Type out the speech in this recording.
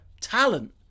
talent